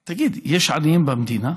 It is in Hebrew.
תגיד, יש עניים במדינה?